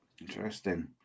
interesting